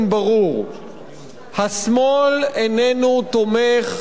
השמאל איננו תומך בתקציב גירעוני,